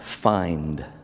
find